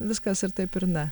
viskas ir taip ir ne